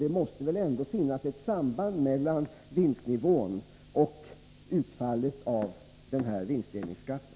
Det måste väl ändå finnas ett samband mellan vinstnivån och utfallet av den här vinstdelningsskatten.